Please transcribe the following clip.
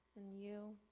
and you,